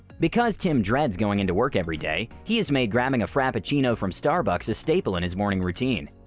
because tim dreads going into work every day, he has made grabbing a frappuccino from starbucks a staple in his morning routine.